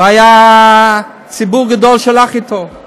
הוא היה, חיבור גדול שלךְ איתו.